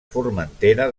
formentera